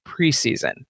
preseason